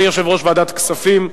בבקשה, אדוני יושב-ראש ועדת הכספים.